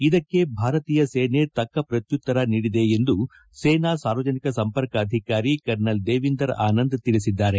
ಇದಕ್ಕೆ ಭಾರತೀಯ ಸೇನೆ ತಕ್ಕ ಪ್ರತ್ತುತ್ತರ ನೀಡಿದೆ ಎಂದು ಸೇನಾ ಸಾರ್ವಜನಿಕ ಸಂಪರ್ಕಾಧಿಕಾರಿ ಕರ್ನಲ್ ದೇವಿಂದರ್ ಆನಂದ್ ತಿಳಿಸಿದ್ದಾರೆ